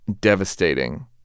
devastating